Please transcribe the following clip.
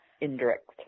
indirect